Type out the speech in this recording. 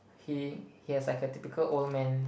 he he has like a typical old man